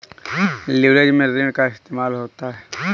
leverage में ऋण का इस्तेमाल होता है